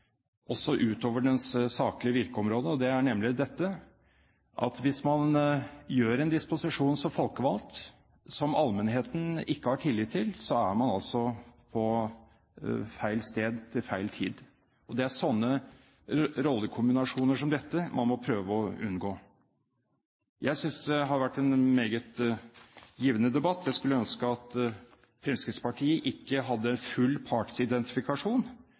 også utover dens saklige virkeområde, nemlig dette: Hvis man gjør en disposisjon som folkevalgt som allmennheten ikke har tillit til, er man altså på feil sted til feil tid. Det er sånne rollekombinasjoner som dette man må prøve å unngå. Jeg synes det har vært en meget givende debatt. Jeg skulle ønske at Fremskrittspartiet ikke hadde en full